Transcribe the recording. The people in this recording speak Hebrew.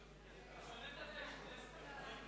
שנה את הטקסט, פלסנר.